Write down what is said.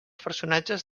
personatges